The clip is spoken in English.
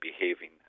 behaving